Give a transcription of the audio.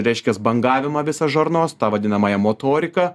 reiškias bangavimą visą žarnos tą vadinamąją motoriką